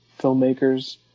filmmakers